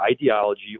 ideology